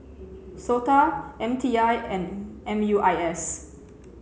SOTA M T I and M U I S